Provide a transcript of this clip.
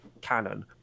canon